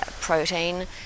protein